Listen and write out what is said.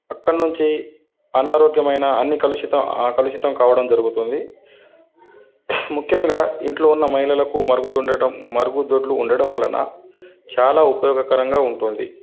అక్కడ నుంచి అనారోగ్యమైన అన్ని కలుషితం కలుషితం కావడం జరుగుతుంది ముఖ్యంగా ఇంట్లో ఉన్న మహిళలకు మరుగు ఉండడం మరుగుదొడ్లు ఉండడం వలన చాలా ఉపయోగకరంగా ఉంటుంది